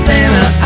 Santa